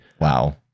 Wow